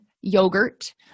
yogurt